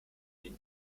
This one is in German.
den